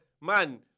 Man